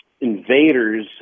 invaders